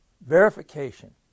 verification